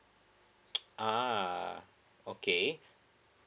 ah okay